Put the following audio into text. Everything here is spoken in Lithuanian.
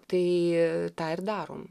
tai tą ir darom